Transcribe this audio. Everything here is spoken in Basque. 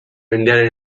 mendearen